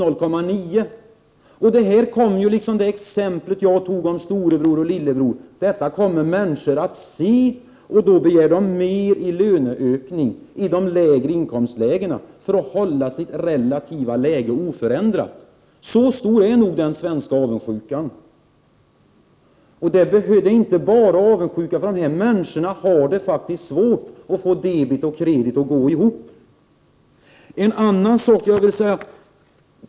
Detta — liksom det exempel jag tog upp om storebror och lillebror — Prot. 1988/89:45 kommer människor att se, och då begär de mer i löneökningar i de lägre 14 december 1988 inkomstlägena, för att hålla sitt relativa löneläge oförändrat. Så stor är nog To roromrom.fs.a. den svenska avundsjukan, och det handlar inte bara om avundsjuka, för de här människorna har faktiskt svårt att få debet och kredit att gå ihop.